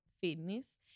Fitness